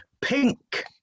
Pink